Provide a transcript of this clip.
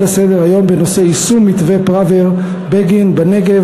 לסדר-היום בנושא: יישום מתווה פראוור-בגין בנגב,